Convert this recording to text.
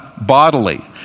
bodily